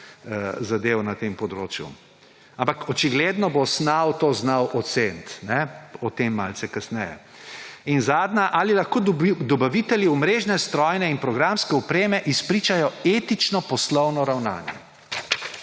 zadev na tem področju. Ampak očigledno bo SNAV znal to oceniti. O tem malce kasneje. In zadnja, ali lahko dobavitelji omrežne, strojne in programske opreme izpričajo etično poslovno ravnanje?